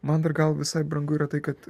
man dar gal visai brangu yra tai kad